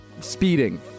speeding